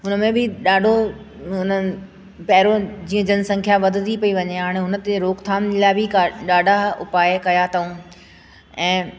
उन में बि ॾाढो उन्हनि पहिरियों जीअं जनसंख्या वधंदी पई वञे हाणे उन ते रोकथाम लाइ बि का ॾाढा उपाय कया अथऊं ऐं